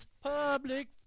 Public